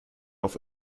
auf